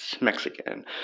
Mexican